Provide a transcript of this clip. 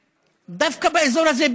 ודווקא באזור הזה,